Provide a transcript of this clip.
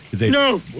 No